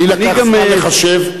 לי לקח זמן לחשב.